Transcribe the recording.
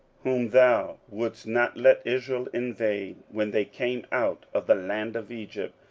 whom thou wouldest not let israel invade, when they came out of the land of egypt,